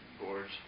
boards